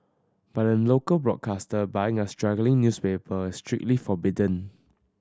but a local broadcaster buying a struggling newspaper is strictly forbidden